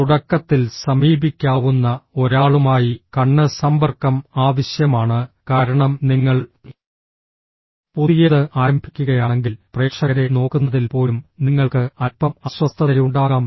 തുടക്കത്തിൽ സമീപിക്കാവുന്ന ഒരാളുമായി കണ്ണ് സമ്പർക്കം ആവശ്യമാണ് കാരണം നിങ്ങൾ പുതിയത് ആരംഭിക്കുകയാണെങ്കിൽ പ്രേക്ഷകരെ നോക്കുന്നതിൽ പോലും നിങ്ങൾക്ക് അൽപ്പം അസ്വസ്ഥതയുണ്ടാകാം